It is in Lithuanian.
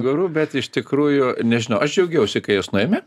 guru bet iš tikrųjų nežinau aš džiaugiausi kai jas nuėmė